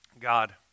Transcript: God